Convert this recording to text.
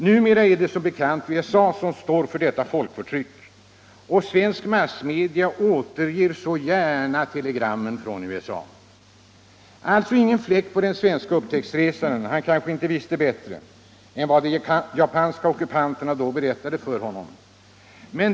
Numera är det som bekant USA som står för detta folkförtryck, och svenska massmedia återger så gärna telegrammen från USA. Alltså ingen fläck på den svenske upptäcktsresanden — han kanske inte visste bättre än vad de japanska ockupanterna då berättade för honom.